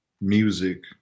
music